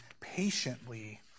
patiently